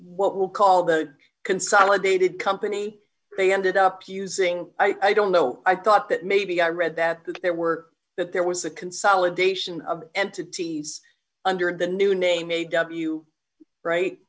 what will call the consolidated company they ended up using i don't know i thought that maybe i read that there were that there was a consolidation of entities under the new name a w right